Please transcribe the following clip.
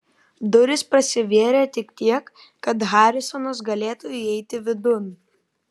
durys prasivėrė tik tiek kad harisonas galėtų įeiti vidun